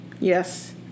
Yes